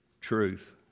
truth